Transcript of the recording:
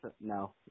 No